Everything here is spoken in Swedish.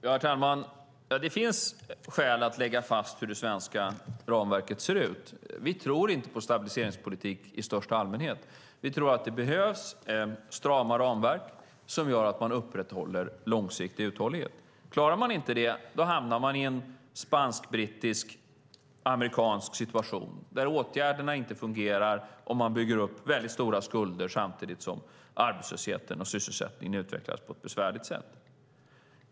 Herr talman! Det finns skäl att lägga fast hur det svenska ramverket ser ut. Vi tror inte på stabiliseringspolitik i största allmänhet. Vi tror att det behövs strama ramverk som gör att man upprätthåller långsiktig uthållighet. Klarar man inte det hamnar man i en spansk-brittisk-amerikansk situation där åtgärderna inte fungerar och man bygger upp stora skulder samtidigt som arbetslösheten och sysselsättningen utvecklas på ett besvärligt sätt.